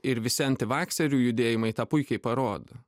ir visi antivakserių judėjimai tą puikiai parodo